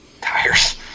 tires